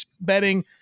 betting